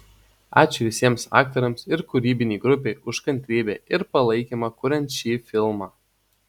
ačiū visiems aktoriams ir kūrybinei grupei už kantrybę ir palaikymą kuriant šį filmą